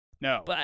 No